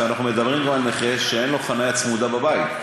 אנחנו מדברים על נכה שאין לו חניה צמודה בבית.